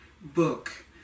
book